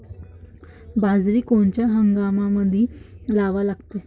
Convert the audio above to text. बाजरी कोनच्या हंगामामंदी लावा लागते?